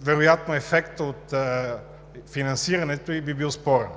вероятно ефектът от финансирането ѝ би бил спорен.